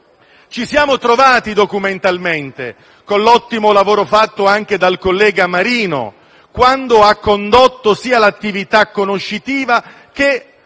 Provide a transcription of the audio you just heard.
Ci siamo trovati documentalmente con l'ottimo lavoro fatto dal collega Marino, quando ha condotto sia l'attività conoscitiva,